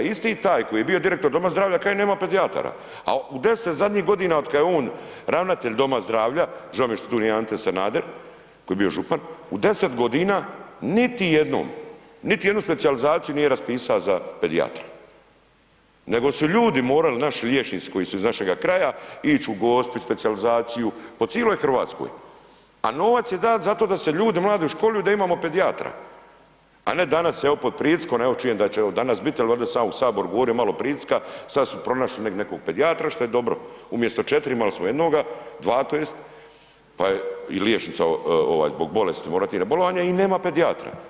Isti taj koji je bio direktor doma zdravlja, kaže nema pedijatara, a u 10 zadnjih godina otkad je on ravnatelj doma zdravlja, žao mi je što tu nije Ante Sanader koji je bio župan, u 10.g. niti jednom, niti jednu specijalizaciju nije raspisa za pedijatra, nego su ljudi morali, naši liječnici koji su iz našega kraja ić u Gospić na specijalizaciju, po ciloj RH, a novac je dat zato da se ljudi mladi školuju da imamo pedijatra, a ne danas evo pod pritiskom, evo čujem da će evo danas biti, al valjda sam ja u HS govorio, malo pritiska, sad su pronašli negdje nekog pedijatra, što je dobro, umjesto 4 imali smo jednoga, dva tj., pa je i liječnica zbog bolesti morati na bolovanje i nema pedijatra.